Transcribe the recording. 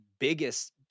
biggest